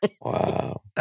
Wow